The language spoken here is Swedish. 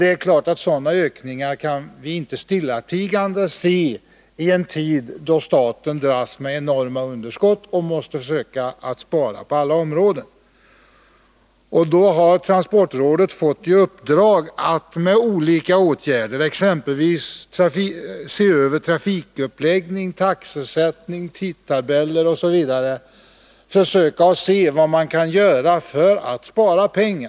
Det är klart att vi inte stillatigande kan åse sådana ökningar i en tid då staten dras med enorma underskott och måste försöka spara på alla områden. Transportrådet har därför fått i uppdrag att studera vad man med olika åtgärder — exempelvis genom att se över trafikuppläggning, taxesättning och tidtabeller — skulle kunna göra för att spara pengar.